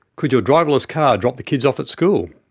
could your driverless car drop the kids off at school?